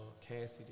Cassidy